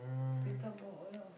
we talk about a lot of